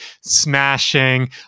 smashing